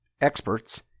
experts